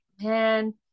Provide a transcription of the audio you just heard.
man